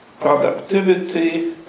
productivity